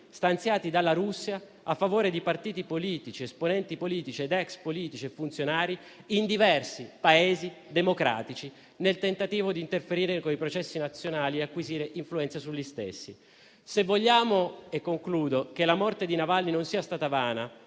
stanziati dalla Russia a favore di partiti politici, di esponenti politici ed ex politici e di funzionari in diversi Paesi democratici, nel tentativo di interferire con i processi nazionali e acquisire influenza sugli stessi. Se vogliamo che la morte di Navalny non sia stata vana,